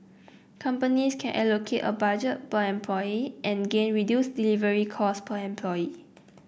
companies can allocate a budget by employee and gain reduced delivery cost per employee